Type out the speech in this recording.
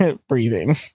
breathing